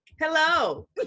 Hello